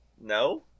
No